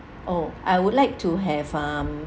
oh I would like to have um